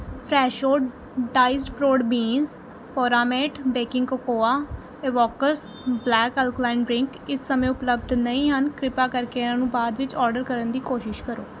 Fresho diced broad beans ਪੋਰਾਮੇਟ baking cocoa Evocus black alkaline drink ਇਸ ਸਮੇਂ ਉਪਲਬਧ ਨਹੀਂ ਹਨ ਕਿਰਪਾ ਕਰਕੇ ਇਹਨਾਂ ਨੂੰ ਬਾਅਦ ਵਿੱਚ ਔਡਰ ਕਰਨ ਦੀ ਕੋਸ਼ਿਸ਼ ਕਰੋ